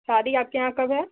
शादी आपके यहाँ कब है